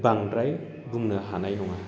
बांद्राय बुंनो हानाय नङा